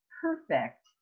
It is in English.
perfect